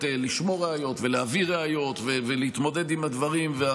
לשמור ראיות ולהביא ראיות ולהתמודד עם הדברים.